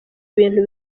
bintu